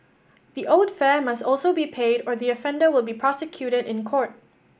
the owed fare must also be paid or the offender will be prosecuted in court